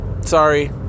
sorry